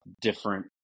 different